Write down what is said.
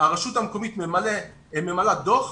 הרשות המקומית ממלאה דוח,